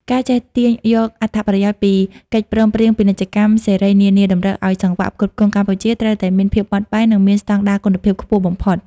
ការចេះទាញយកអត្ថប្រយោជន៍ពីកិច្ចព្រមព្រៀងពាណិជ្ជកម្មសេរីនានា តម្រូវឱ្យសង្វាក់ផ្គត់ផ្គង់កម្ពុជាត្រូវតែមានភាពបត់បែន និងមានស្ដង់ដារគុណភាពខ្ពស់បំផុត។